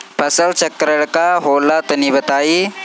फसल चक्रण का होला तनि बताई?